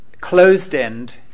closed-end